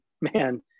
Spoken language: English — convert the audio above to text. Man